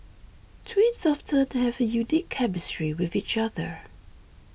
twins often have a unique chemistry with each other